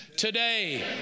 Today